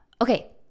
Okay